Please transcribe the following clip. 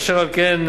אשר על כן,